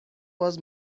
was